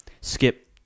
skip